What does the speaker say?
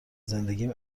زندگیم